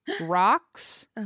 rocks